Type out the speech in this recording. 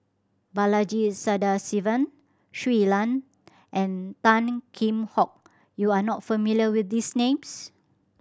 Balaji Sadasivan Shui Lan and Tan Kheam Hock you are not familiar with these names